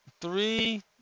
Three